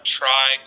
try